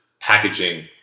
packaging